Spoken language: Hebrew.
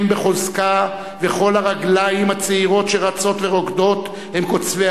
בחוזקה/ וכל הרגליים הצעירות/ שרצות ורוקדות,/ הן קוצבי